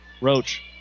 Roach